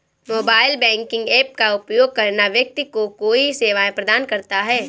mobile banking app का उपयोग करना व्यक्ति को कई सेवाएं प्रदान करता है